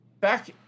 Back